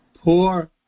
Poor